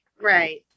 Right